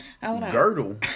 Girdle